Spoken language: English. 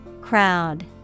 Crowd